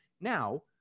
Now